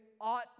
ought